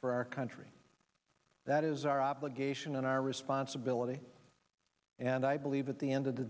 for our country that is our obligation and our responsibility and i believe at the end of the